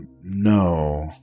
No